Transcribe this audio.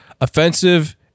Offensive